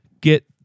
get